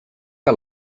que